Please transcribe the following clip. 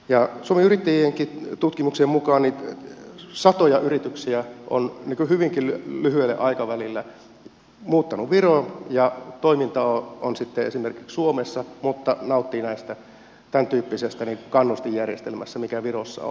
suomen yrittäjienkin tutkimuksen mukaan satoja yrityksiä on hyvinkin lyhyellä aikavälillä muuttanut viroon ja toiminta on sitten esimerkiksi suomessa mutta yritys nauttii tämäntyyppisestä kannustinjärjestelmästä joka virossa on